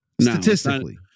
Statistically